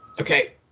Okay